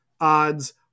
odds